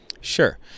Sure